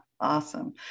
awesome